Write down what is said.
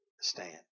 stand